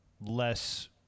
less